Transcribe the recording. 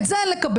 את זה לקבל.